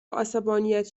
عصبانیت